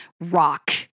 Rock